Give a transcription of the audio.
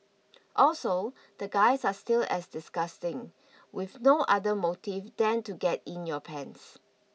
also the guys are still as disgusting with no other motives than to get in your pants